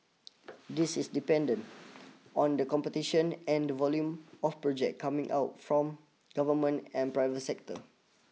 this is dependent on the competition and the volume of project coming out from government and private sector